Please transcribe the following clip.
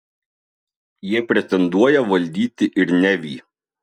jie pretenduoja valdyti ir nevį